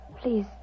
please